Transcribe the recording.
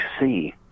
see